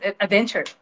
adventure